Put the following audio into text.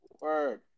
word